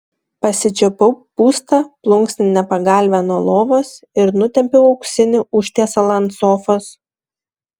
pasičiupau pūstą plunksninę pagalvę nuo lovos ir nutempiau auksinį užtiesalą ant sofos